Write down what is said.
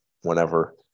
whenever